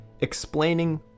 explaining